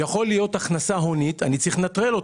יכולה להיות הכנסה הונית שאני צריך לנטרל אותה.